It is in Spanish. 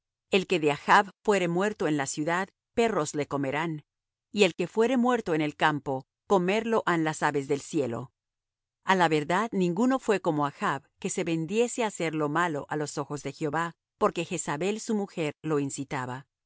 el que de achb fuere muerto en la ciudad perros le comerán y el que fuere muerto en el campo comerlo han las aves del cielo a la verdad ninguno fué como achb que se vendiese á hacer lo malo á los ojos de jehová porque jezabel su mujer lo incitaba el